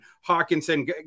Hawkinson